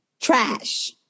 Trash